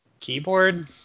Keyboard